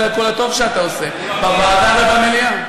על כל הטוב שאתה עושה בוועדה ובמליאה.